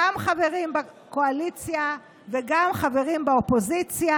חברים בקואליציה וגם חברים באופוזיציה.